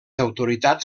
autoritats